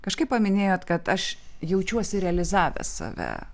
kažkaip paminėjot kad aš jaučiuosi realizavęs save